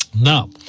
Now